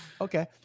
Okay